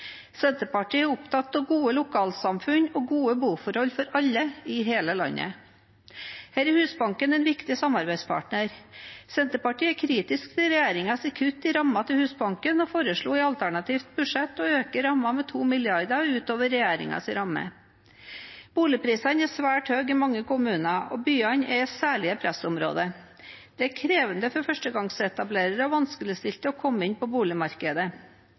Senterpartiet er opptatt av gode lokalsamfunn og gode boforhold for alle i hele landet. Her er Husbanken en viktig samarbeidspartner. Senterpartiet er kritisk til regjeringens kutt i rammen til Husbanken og foreslo i alternativt budsjett å øke rammen med 2 mrd. kr utover regjeringens ramme. Boligprisene er svært høye i mange kommuner, og byene er særlige pressområder. Det er krevende for førstegangsetablerere og vanskeligstilte å komme inn på boligmarkedet.